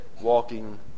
walking